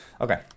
Okay